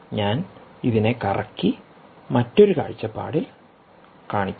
ഞാൻ ഇതിനെ കറക്കി മറ്റൊരു കാഴ്ചപ്പാടിൽ കാണിക്കാം